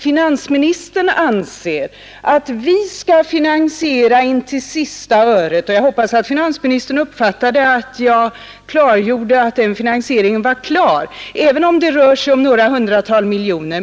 Finansministern anser att vi skall finansiera intill sista öret — jag hoppas finansministern uppfattade att jag klargjorde att den finansieringen var klar — även om det rör sig om några tiotal miljoner.